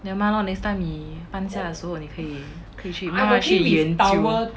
never mind lor next time 你搬家的时候你可以慢慢去研究